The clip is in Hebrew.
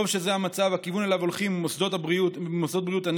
טוב שזה המצב והכיוון שאליו הולכים מוסדות בריאות הנפש.